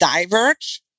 diverge